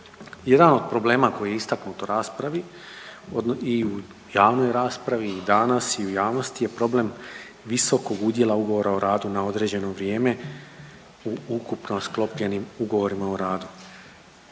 Jedan od problema koji je istaknut u raspravi i u javnoj raspravi i danas i u javnosti je problem visokog udjela ugovora o radu na određeno vrijeme u ukupno sklopljenim ugovorima o radu.